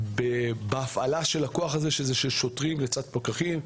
בהפעלת הכוח הזה של שוטרים לצד פקחים,